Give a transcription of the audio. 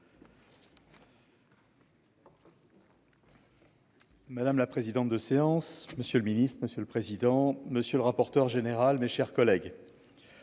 Madame la présidente de séance, monsieur le Ministre, monsieur le président, monsieur le rapporteur général, mes chers collègues.